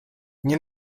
nie